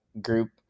group